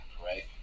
right